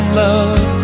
love